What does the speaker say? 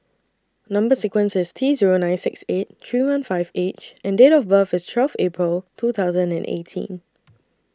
Number sequence IS T Zero nine six eight three one five H and Date of birth IS twelve April two thousand and eighteen